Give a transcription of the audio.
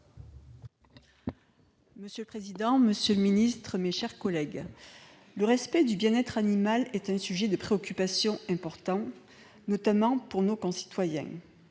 Monsieur le président, monsieur le ministre, mes chers collègues, le respect du bien-être animal est un sujet important de préoccupation, notamment pour nos concitoyens.